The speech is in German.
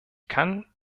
kann